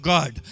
God